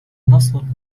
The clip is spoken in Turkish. nasıl